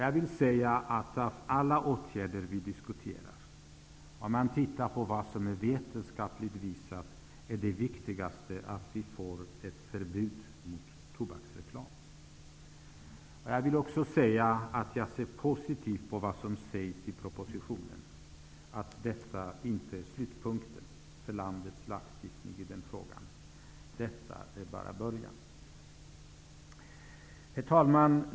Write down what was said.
Jag vill säga att av alla åtgärder som vi diskuterar -- om man ser på vad som är vetenskapligt bevisat -- är det viktigaste att vi får ett förbud mot tobaksreklam. Jag vill också säga att jag ser positivt på vad som sägs i propositionen, att detta inte är slutpunkten för landets lagstiftning i den här frågan, utan att detta bara är början. Herr talman!